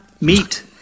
Meet